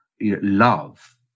love